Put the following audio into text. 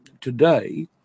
today